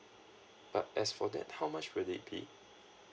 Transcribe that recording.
uh as for that how much will it be